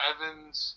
Evans